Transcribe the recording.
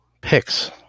picks